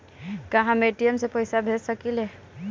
का हम ए.टी.एम से पइसा भेज सकी ले?